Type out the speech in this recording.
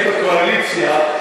אילו הייתי בקואליציה,